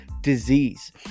disease